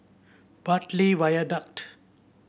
Bartley Viaduct